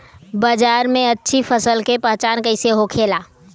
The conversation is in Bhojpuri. बाजार में अच्छी फसल का पहचान कैसे होखेला?